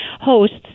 hosts